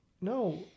No